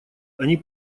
они